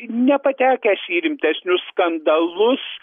nepatekęs į rimtesnius skandalus